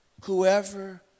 whoever